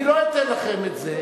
אני לא אתן לכם את זה.